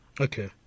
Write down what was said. Okay